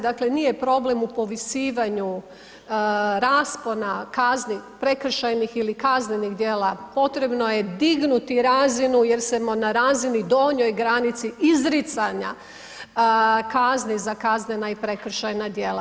Dakle, nije problem u povisivanju raspona kazni prekršajnih ili kaznenih djela, potrebno je dignuti razinu jer smo na razini donjoj granici izricanja kazni za kaznena i prekršajna djela.